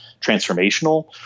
transformational